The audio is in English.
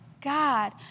God